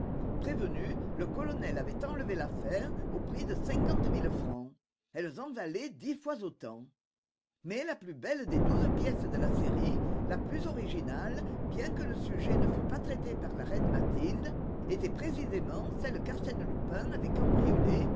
prévenu le colonel avait enlevé l'affaire au prix de cinquante mille francs elles en valaient dix fois autant mais la plus belle des douze pièces de la série la plus originale bien que le sujet ne fût pas traité par la reine mathilde était précisément celle qu'arsène lupin avait